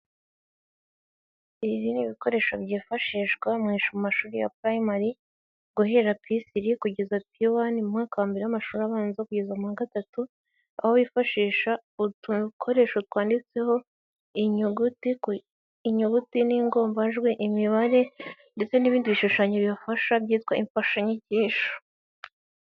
Ibi ni ibikoresho byifashishwa mu ma shuri mashuri ya primary guhera p3 kugeza p1 mu mwaka wa mbere w'amashuri abanza kugeza mu wa gatatu, aho wifashisha utukoresho twanditseho inyuguti n'ingombajwi, imibare ndetse n'ibindi bishushanyo bifasha byitwa imfashanyigisho.